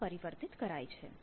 માં પરિવર્તિત કરાય છે